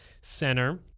center